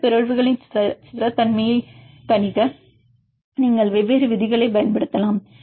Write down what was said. இந்த பிறழ்வுகளின் ஸ்திரத்தன்மையை கணிக்க நீங்கள் வெவ்வேறு விதிகளைப் பயன்படுத்தலாம்